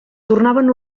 tornaven